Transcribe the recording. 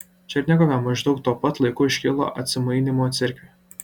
černigove maždaug tuo pat laiku iškilo atsimainymo cerkvė